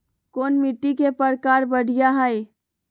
कोन मिट्टी के प्रकार बढ़िया हई?